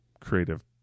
creative